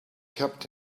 kept